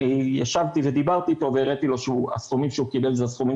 ישבתי ודיברתי איתו והראיתי לו שהסכומים שהוא קיבל אלה הסכומים